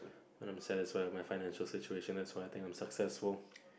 when I'm satisfied with my financial situation that's when I think I'm successful